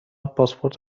پاسپورت